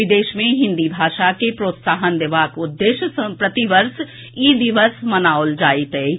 विदेश मे हिन्दी भाषा के प्रोत्साहन देबाक उद्देश्य प्रतिवर्ष ई दिवस मनाओल जाइत अछि